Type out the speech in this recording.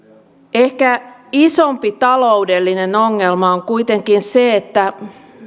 ehkä isompi taloudellinen ongelma on kuitenkin se että